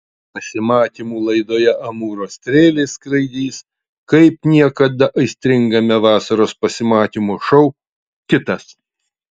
pasimatymų laidoje amūro strėlės skraidys kaip niekada aistringame vasaros pasimatymų šou kitas